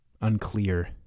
unclear